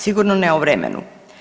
Sigurno ne o vremenu.